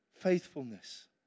Faithfulness